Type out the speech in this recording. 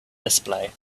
display